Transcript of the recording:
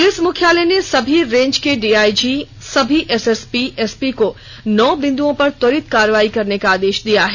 police मुख्यालय ने सभी रेंज के डीआइजी सभी एसएसपी एसपी को नौ बिंदुओं पर त्वरित कार्रवाई का आदेश दिया है